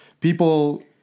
people